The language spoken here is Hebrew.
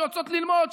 שיוצאות ללמוד,